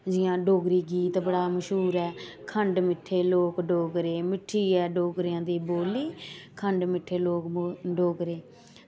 जि'यां डोगरी गीत बड़ा मशहूर ऐ खंड मिट्ठे लोक डोगरे मिट्ठड़ी ऐ डोगरें दी बोली खंड मिट्ठे लोक डोगरे